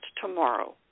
tomorrow